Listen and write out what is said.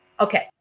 Okay